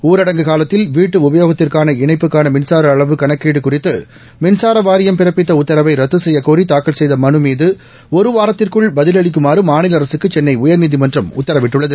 ஊரடங்கு காலத்தில் வீட்டு உபயோகத்திற்கான இணைப்புக்கான மின்சார அளவு கணக்கீடு குறித்து மின்சார வாரியம் பிறப்பித்த உத்தரவை ரத்து செய்யக்கோரி தாக்கல் செய்த மனு மீது ஒரு வாரத்திற்குள் பதிலளிக்குமாறு மாநில அரசுக்கு சென்னை உயா்நீதிமன்றம் உத்தரவிட்டுள்ளது